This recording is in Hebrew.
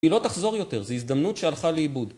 היא לא תחזור יותר, זו הזדמנות שהלכה לאיבוד